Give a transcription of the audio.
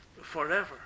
forever